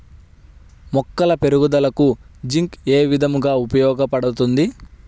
మొక్కల పెరుగుదలకు జింక్ ఏ విధముగా ఉపయోగపడుతుంది?